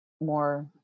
more